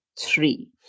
three